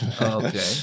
Okay